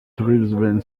tribesman